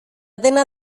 dena